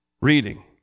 Reading